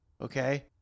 Okay